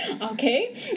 Okay